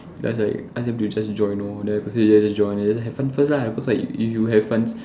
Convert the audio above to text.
just like ask him to just join lor then just join then just have fun first lah because like if you have fun